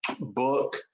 book